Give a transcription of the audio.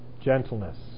gentleness